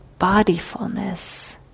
bodyfulness